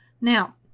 Now